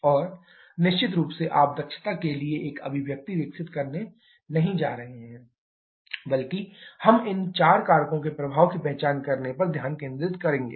और निश्चित रूप से आप दक्षता के लिए एक अभिव्यक्ति विकसित नहीं करने जा रहे हैं बल्कि हम इन चार कारकों के प्रभाव की पहचान करने पर ध्यान केंद्रित करेंगे